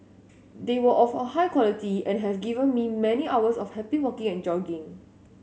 they were of a high quality and have given me many hours of happy walking and jogging